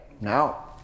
Now